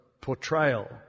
portrayal